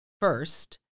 first